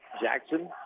Jackson